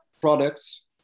products